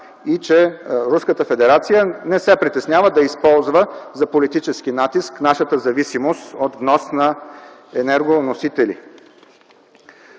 федерация не се притеснява да използва за политически натиск нашата зависимост от внос на енергоносители.